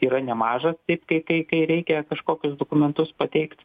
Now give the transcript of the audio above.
yra nemažas taip kai kai kai reikia kažkokius dokumentus pateikt